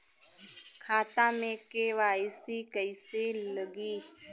खाता में के.वाइ.सी कइसे लगी?